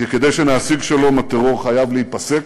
כי כדי שנשיג שלום הטרור חייב להיפסק,